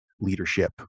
leadership